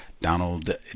Donald